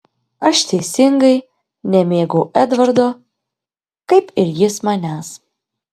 aš teisingai nemėgau edvardo kaip ir jis manęs